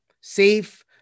safe